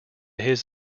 his